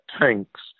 tanks